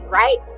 right